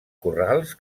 corrals